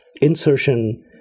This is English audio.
insertion